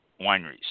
Wineries